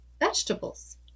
vegetables